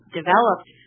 developed